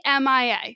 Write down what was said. MIA